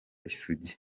isugi